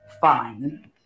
fine